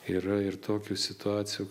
yra ir tokių situacijų